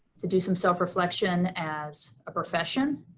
to do some self reflection as a profession,